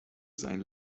seien